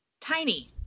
Tiny